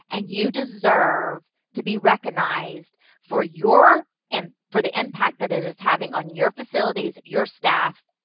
and you deserve to be recognized for your, and for the impact that it is having on your facilities, your staff,